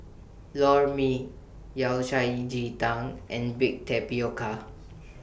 Lor Mee Yao Cai Ji Tang and Baked Tapioca